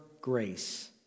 grace